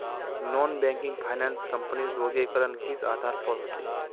Non banking finance कंपनीर वर्गीकरण किस आधार पर होचे?